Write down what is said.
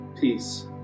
peace